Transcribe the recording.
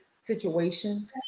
situation